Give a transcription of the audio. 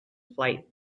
flight